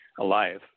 alive